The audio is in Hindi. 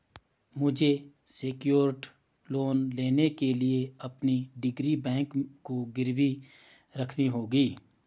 मुझे सेक्योर्ड लोन लेने के लिए अपनी डिग्री बैंक को गिरवी रखनी होगी